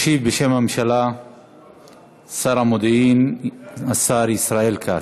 ישיב בשם הממשלה שר המודיעין השר ישראל כץ.